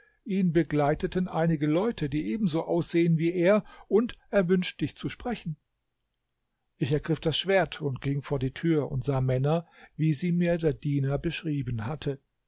ihn begleiteten einige leute die ebenso aussehen wie er und er wünscht dich zu sprechen ich ergriff das schwert ging vor die tür und sah männer wie sie mir der diener beschrieben hatte